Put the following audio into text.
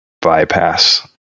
bypass